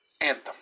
anthem